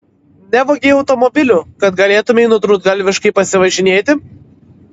nevogei automobilių kad galėtumei nutrūktgalviškai pasivažinėti